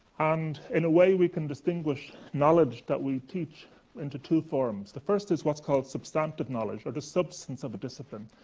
and, in a way, we can distinguish knowledge that we teach into two forms the first is what's called substantive knowledge, or the substance of a discipline.